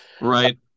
Right